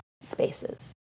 spaces